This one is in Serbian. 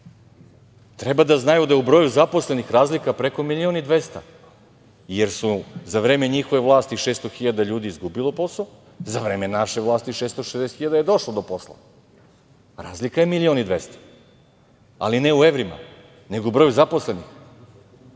Treba da znaju da u broju zaposlenih razlika je preko milion i 200, jer su za vreme njihove vlasti 600 hiljada ljudi je izgubilo posao, za vreme naše vlasti 660 hiljada je došlo do posla. Razlika je milion i dvesta, ali ne u evrima, nego u broju zaposlenih.